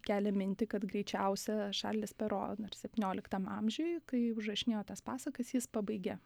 kelia mintį kad greičiausia šarlis pero na ir septynioliktam amžiuj kai užrašinėjo tas pasakas jis pabaigia